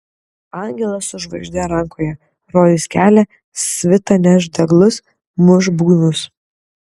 angelas su žvaigžde rankoje rodys kelią svita neš deglus muš būgnus